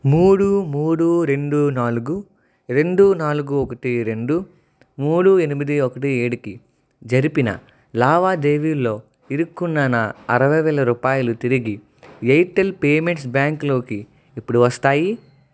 మూడు మూడు రెండు నాలుగు రెండు నాలుగు ఒకటి రెండు నాలుగు ఒకటి రెండు మూడు ఎనిమిది ఒకటి ఏడుకి జరిపిన లావాదేవీలో ఇరుక్కున్న నా అరవై వేలు రూపాయలు తిరిగి ఎయిర్టెల్ పేమెంట్స్ బ్యాంక్ లోకి ఎప్పుడు వస్తాయి